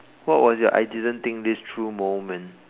what was your I didn't think this through moment